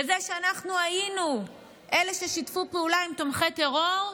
בזה שאנחנו היינו אלה ששיתפו פעולה עם תומכי טרור.